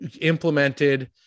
implemented